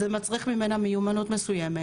זה מצריך ממנה מיומנות מסוימת.